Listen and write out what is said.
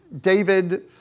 David